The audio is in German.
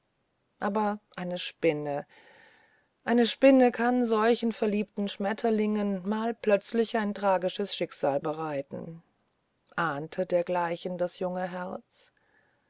aber eine spinne eine spinne kann solchen verliebten schmetterlingen mal plötzlich ein tragisches schicksal bereiten ahnte dergleichen das junge herz